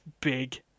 big